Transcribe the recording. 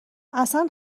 اصلن